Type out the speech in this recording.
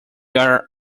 are